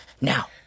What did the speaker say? Now